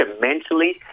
mentally